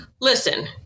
listen